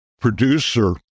producer